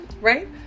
right